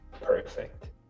perfect